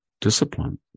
discipline